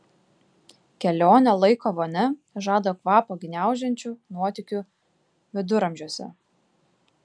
kelionė laiko vonia žada kvapą gniaužiančių nuotykių viduramžiuose